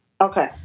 Okay